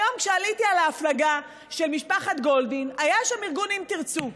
היום כשעליתי על ההפלגה של משפחת גולדין היה שם ארגון אם תרצו.